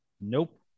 Nope